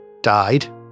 died